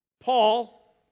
Paul